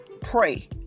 pray